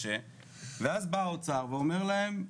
ואז בא האוצר ואומר להם,